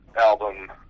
album